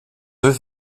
deux